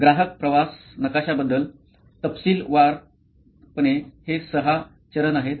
ग्राहक प्रवास नकाशाबद्दल तपशीलवारपणे हे सहा चरण आहेत